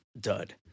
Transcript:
dud